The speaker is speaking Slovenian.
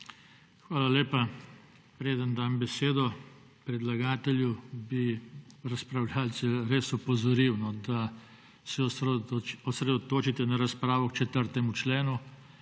Hvala lepa. Preden dam besedo predlagatelju, bi razpravljavce res opozoril, da se osredotočite na razpravo k 4. členu.